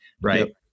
Right